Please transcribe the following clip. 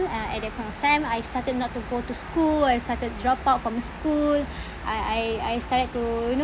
at that point of time I started not to go to school I started drop out from school I I I started to you know